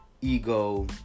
ego